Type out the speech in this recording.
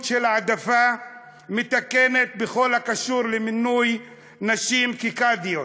של העדפה מתקנת בכל הקשור למינוי נשים כקאדיות.